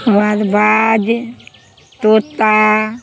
तकर बाद बाज तोता